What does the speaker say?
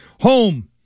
home